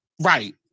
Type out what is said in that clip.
Right